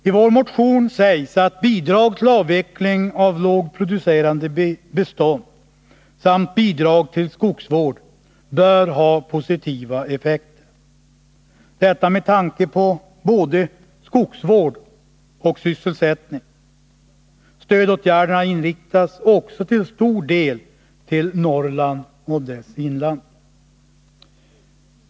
I vår motion sägs att bidrag till avveckling av lågproducerande bestånd samt bidrag till skogsvård bör ha positiva effekter med tanke på både skogsvård och sysselsättning. Stödåtgärderna inriktas också till stor del på Nr 29 Norrland och dess inland.